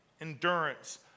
endurance